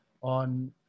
on